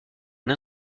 une